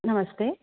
नमस्ते